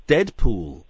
Deadpool